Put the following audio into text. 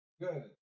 Good